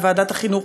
בוועדת החינוך,